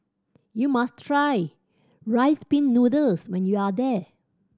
you must try Rice Pin Noodles when you are there